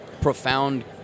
profound